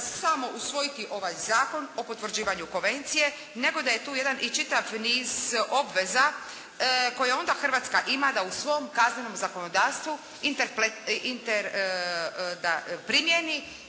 samo usvojiti ovaj Zakon o potvrđivanju Konvencije, nego da je tu i jedan čitav niz obveza koje onda Hrvatska ima da u svom kaznenom zakonodavstvu